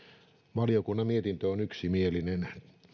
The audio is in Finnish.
valiokunnan mietintö on yksimielinen